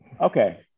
Okay